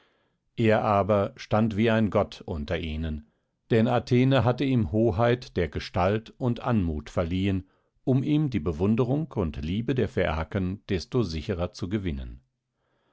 er aber stand wie ein gott unter ihnen denn athene hatte ihm hoheit der gestalt und anmut verliehen um ihm die bewunderung und liebe der phäaken desto sicherer zu gewinnen